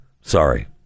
sorry